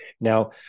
Now